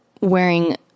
wearing